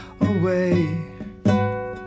away